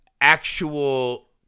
actual